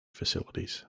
facilities